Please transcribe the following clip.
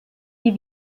die